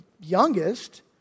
youngest